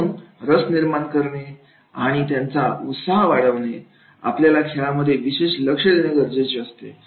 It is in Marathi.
म्हणून रस निर्माण करणे आणि त्यांचा उत्साह वाढवण्यासाठी आपल्याला खेळामध्ये विशेष लक्ष द्यावे लागते